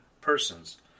persons